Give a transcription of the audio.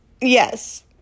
Yes